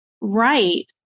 right